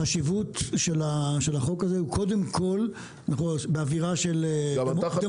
החשיבות של החוק הזה הוא קודם כל באווירה של דמוקרטיה.